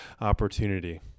opportunity